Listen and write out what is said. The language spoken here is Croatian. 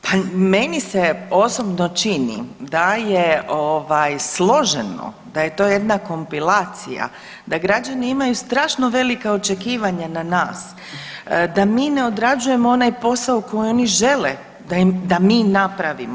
Pa meni se osobno čini da je složeno, da je to jedna kompilacija, da građani imaju strašno velika očekivanja na nas, da mi ne odrađujemo onaj posao koji oni žele da mi napravimo.